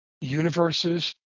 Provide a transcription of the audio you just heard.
universes